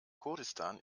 kurdistan